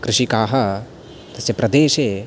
कृषिकाः तस्य प्रदेशे